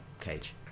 cage